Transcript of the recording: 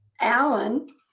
Alan